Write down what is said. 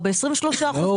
הוא ב-23% מס חברות.